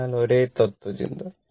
അതിനാൽ ഒരേ തത്ത്വചിന്ത